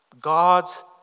God's